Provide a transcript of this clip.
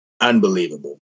unbelievable